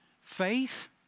faith